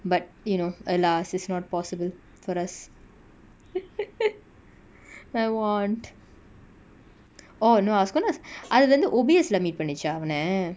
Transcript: but you know alas is not possible for us I want oh no I was gone as அதுவந்து:athuvanthu O_B_S lah meet பண்ணுச்சா அவன:pannucha avana